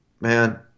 man